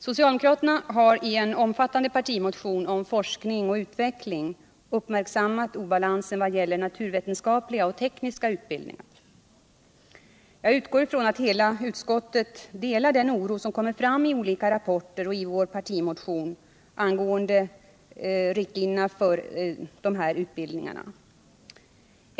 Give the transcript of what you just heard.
Socialdemokraterna har i en omfattande partimotion om forskning och utveckling uppmärksammat obalansen vad gäller de naturvetenskapliga och tekniska utbildningarna. Jag utgår från att hela utskottet delar den oro som kommer fram i olika rapporter och i vår partimotion angående riktlinjer för dessa utbildningar.